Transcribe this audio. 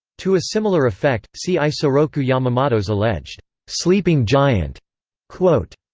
to a similar effect, see isoroku yamamoto's alleged sleeping giant quote.